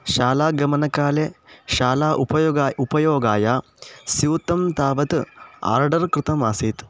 शालागमनकाले शाला उपयोगाय उपयोगाय स्यूतं तावत् आर्डर् कृतमासीत्